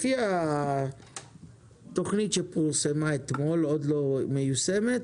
לפי התוכנית שפורסמה אתמול ועוד לא יושמה,